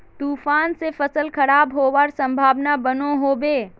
तूफान से फसल खराब होबार संभावना बनो होबे?